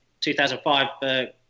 2005